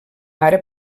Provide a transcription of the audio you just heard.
ara